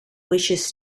wishes